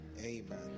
Amen